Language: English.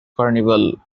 carnival